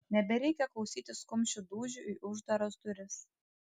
nebereikia klausytis kumščių dūžių į uždaras duris